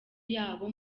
yabo